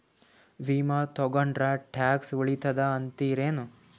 ವಿಮಾ ತೊಗೊಂಡ್ರ ಟ್ಯಾಕ್ಸ ಉಳಿತದ ಅಂತಿರೇನು?